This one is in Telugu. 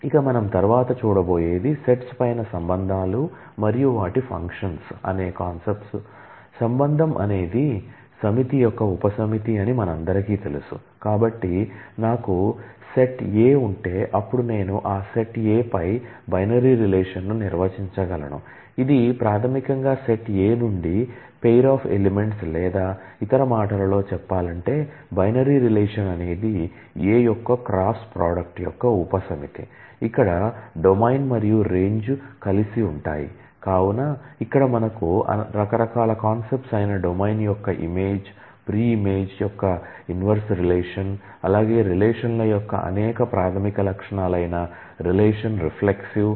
ఇక మనం తర్వాత చూడబోయేది సెట్స్ వంటివి ఉన్నాయ్